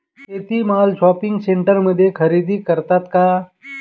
शेती माल शॉपिंग सेंटरमध्ये खरेदी करतात का?